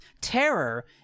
terror